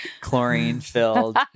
chlorine-filled